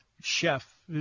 chef